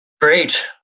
Great